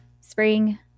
spring